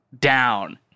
down